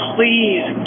Please